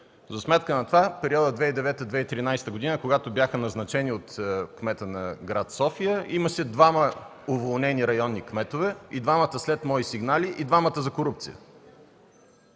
За сметка на това в периода 2009-2013 г., когато бяха назначени от кмета на град София, имаше двама уволнени районни кметове – и двамата след мои сигнали, и двамата за корупция.